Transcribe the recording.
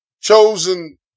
chosen